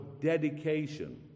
dedication